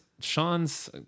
Sean's